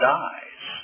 dies